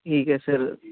ਠੀਕ ਹੈ ਸਰ